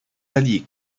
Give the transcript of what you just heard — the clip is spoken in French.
alliés